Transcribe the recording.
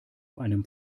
einem